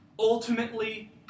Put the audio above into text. Ultimately